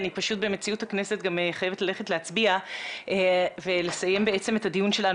אני במציאות הכנסת גם חייבת ללכת להצביע ולסיים את הדיון שלנו.